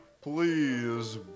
please